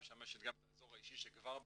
היא משמשת גם את האזור האישי שכבר באוויר,